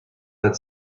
that